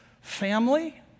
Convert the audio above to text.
family